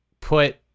put